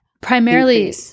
Primarily